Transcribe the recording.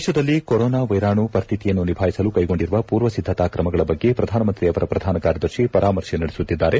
ದೇಶದಲ್ಲಿ ಕೊರೋನಾ ವೈರಾಣು ಪರಿಸ್ತಿತಿಯನ್ನು ನಿಭಾಯಿಸಲು ಕೈಗೊಂಡಿರುವ ಪೂರ್ವ ಸಿದ್ಧತಾ ಕ್ರಮಗಳ ಬಗ್ಗೆ ಪ್ರಧಾನ ಮಂತ್ರಿ ಅವರ ಪ್ರಧಾನ ಕಾರ್ಯದರ್ಶಿ ಪರಾಮರ್ಶೆ ನಡೆಸುತ್ತಿದ್ದಾರೆ